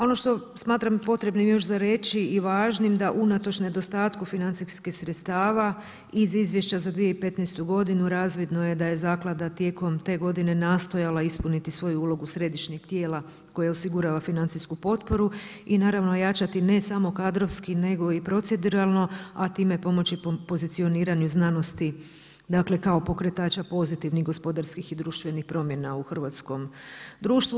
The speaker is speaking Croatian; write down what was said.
Ono što smatram potrebnim još za reći i važnim da unatoč nedostatku financijskih sredstava iz izvješća za 2015. godinu razvidno je da je zaklada tijekom te godine nastojala ispuniti svoju ulogu središnjeg tijela koje osigurava financijsku potporu i naravno ojačati ne samo kadrovski nego i proceduralno a time i pomoći pozicioniranju znanosti dakle kao pokretača pozitivnih gospodarskih i društvenih promjena u hrvatskom društvu.